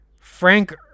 Frank